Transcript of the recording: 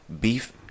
Beef